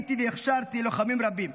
ראיתי והכשרתי לוחמים רבים.